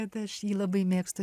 kad aš jį labai mėgstu